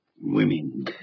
Women